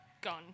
gone